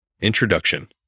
Introduction